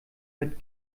mit